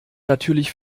natürlich